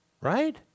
right